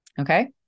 Okay